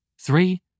three